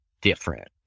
different